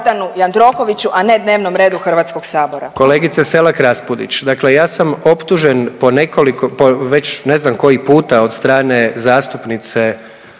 Kolegice Selak Raspudić, dakle ja sam optužen po nekoliko, po već ne znam koji puta od strane zastupnice